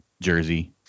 jersey